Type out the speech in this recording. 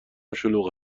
شلوغ